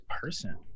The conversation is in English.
person